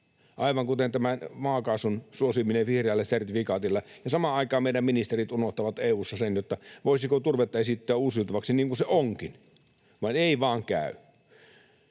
aivan kuten tämän maakaasun suosiminen vihreälle sertifikaatille, ja samaan aikaan meidän ministerit unohtavat EU:ssa sen, että voisiko turvetta esittää uusiutuvaksi, niin kuin se onkin, vaan ei vaan käy.